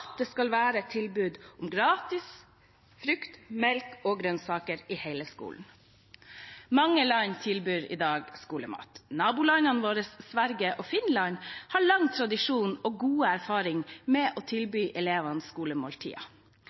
det skal være et tilbud om gratis frukt, melk og grønnsaker i hele skolen. Mange land tilbyr i dag skolemat. Nabolandene våre, Sverige og Finland, har lang tradisjon for og god erfaring med å tilby elevene